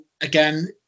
again